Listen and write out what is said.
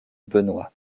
benoit